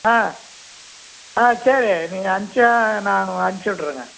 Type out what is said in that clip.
ஆ ஆ சரி நீங்கள் அனுப்ச்சா நானும் அனுப்ச்சிவிட்டுர்றேங்க